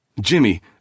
Jimmy